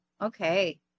Okay